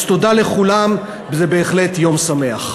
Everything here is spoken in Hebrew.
אז תודה לכולם, זה בהחלט יום שמח.